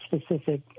specific